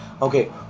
Okay